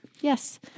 yes